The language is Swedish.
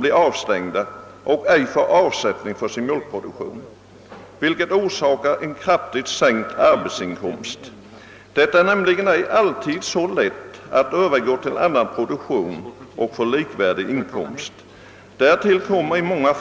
Ett utestängande innebär givetvis ett stort avbräck för ifrågavarande jordbrukare — deras arbetsinkomst kommer att sänkas kraftigt. Det är nämligen inte alltid så lätt att övergå till annan produktion och få en likvärdig inkomst. Därtill kommer